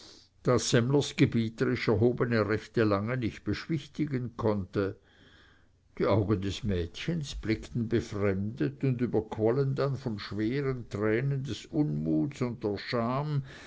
das semmlers gebieterisch erhobene rechte lange nicht beschwichtigen konnte die augen des mädchens blickten befremdet und überquollen dann von schweren tränen des unmuts und der scham